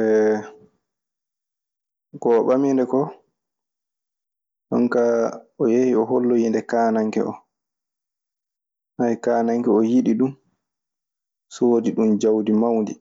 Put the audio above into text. ko o ɓaminde ko, jonkaa o yey, o hollowinde kaananke o. Aya kaananke o yiɗi ɗun, soodi ɗun jawdi mawndi.